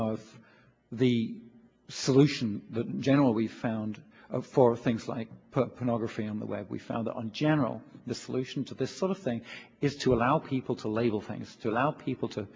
of the solution the general we found for things like pornography on the way we found on gen the solution to this sort of thing is to allow people to label things to allow people to